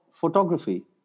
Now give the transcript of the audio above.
photography